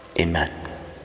Amen